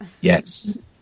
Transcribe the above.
yes